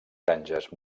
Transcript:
granges